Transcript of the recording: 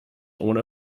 ohne